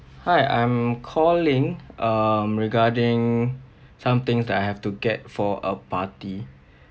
hi I'm calling um regarding some things that I have to get for a party